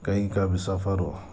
کہیں کا بھی سفر ہو